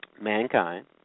mankind